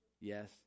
Yes